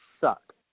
suck